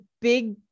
big